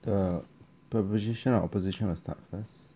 the proposition or opposition will start first